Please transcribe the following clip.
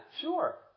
sure